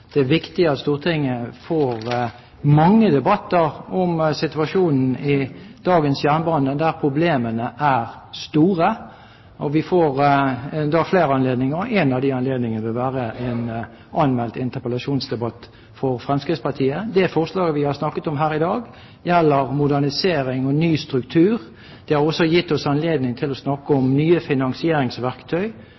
dagens jernbane, der problemene er store. Vi får da flere anledninger, og en av de anledningene vil være en anmeldt interpellasjonsdebatt fra Fremskrittspartiet. Det forslaget vi har snakket om her i dag, gjelder modernisering og ny struktur. Det har også gitt oss anledning til å snakke om